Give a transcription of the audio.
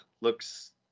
looks